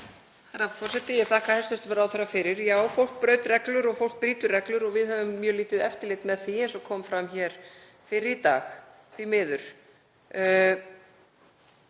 Herra forseti. Ég þakka hæstv. ráðherra fyrir. Já, fólk braut reglur og fólk brýtur reglur og við höfum mjög lítið eftirlit með því, eins og kom fram hér fyrr í dag, því miður.